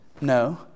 No